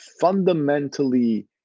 fundamentally